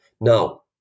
Now